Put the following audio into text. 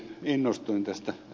innostuin tästä ed